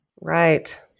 Right